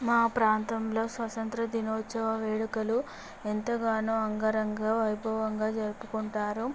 మా ప్రాంతంలో స్వతంత్ర దినోత్సవ వేడుకలు ఎంతగానో అంగరంగ వైభవంగా జరుపుకుంటారు